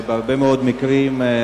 בהרבה מאוד מקרים,